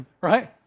Right